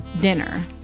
dinner